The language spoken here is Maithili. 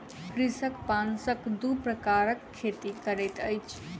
कृषक बांसक दू प्रकारक खेती करैत अछि